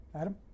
adam